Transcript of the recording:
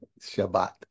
Shabbat